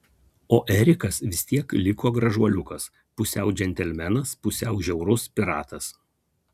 o erikas vis tiek liko gražuoliukas pusiau džentelmenas pusiau žiaurus piratas